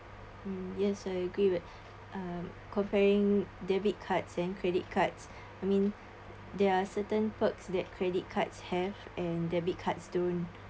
mm yes I agree with um comparing debit cards and credit cards I mean there are certain perks that credit cards have and debit cards don't